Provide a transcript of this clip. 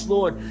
Lord